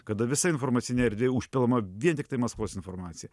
kada visa informacinė erdvė užpilama vien tiktai maskvos informacija